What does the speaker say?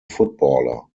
footballer